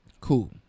Cool